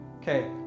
okay